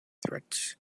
threats